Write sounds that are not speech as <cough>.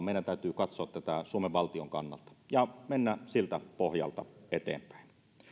<unintelligible> meidän täytyy katsoa tätä suomen valtion kannalta ja mennä siltä pohjalta eteenpäin